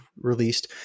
released